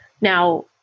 now